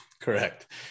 Correct